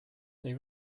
they